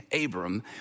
Abram